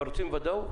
אבל רוצים ודאות,